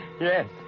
Yes